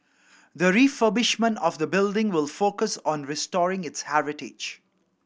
the refurbishment of the building will focus on restoring its heritage